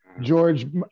George